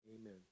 Amen